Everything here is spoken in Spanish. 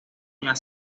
las